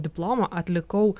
diplomą atlikau